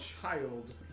child